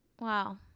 Wow